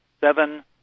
seven